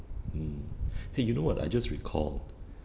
mm !hey! you know what I just recall